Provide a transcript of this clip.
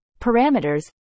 parameters